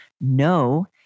No